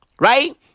right